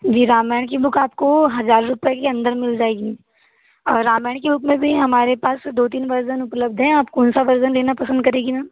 जी रामायण की बूक आपको हज़ार रुपए के अंदर मिल जाएगी और रामायण के बूक में भी हमारे पास दो तीन वर्जन उपलब्ध हैं आप कौन सा वर्जन लेना पसंद करेंगी मैम